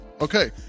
Okay